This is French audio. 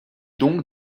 donc